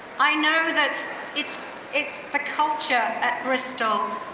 i know that it's it's the culture at bristol,